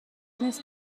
نیست